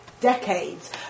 decades